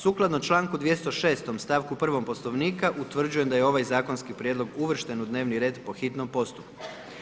Sukladno čl. 206. stavkom 1. Poslovnika utvrđujem da je ovaj zakonski prijedlog uvršten u dnevni red po hitnom postupku.